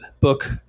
book